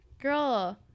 girl